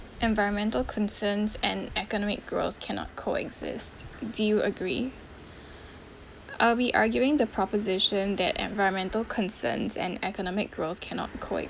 environmental concerns and economic growth cannot coexist do you agree are we arguing the proposition that environmental concerns and economic growth cannot coexist